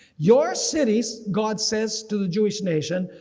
your cities. god says to the jewish nation,